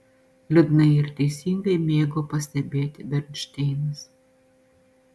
liūdnai ir teisingai mėgo pastebėti bernšteinas